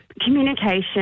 communication